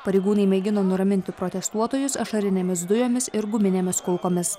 pareigūnai mėgino nuraminti protestuotojus ašarinėmis dujomis ir guminėmis kulkomis